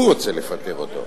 הוא רוצה לפטר אותו.